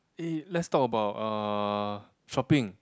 eh let's talk about uh shopping